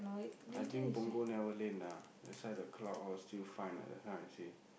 I think Punggol never rain ah that's why the cloud all still fine ah just now I see